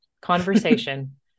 conversation